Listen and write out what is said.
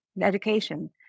education